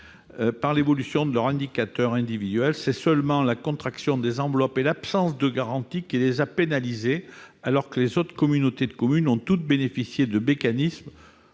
par l'évolution de leurs indicateurs individuels - seules la contraction des enveloppes et l'absence de garantie les ont pénalisées, alors que les autres communautés de communes ont toutes bénéficié de mécanismes,